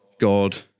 God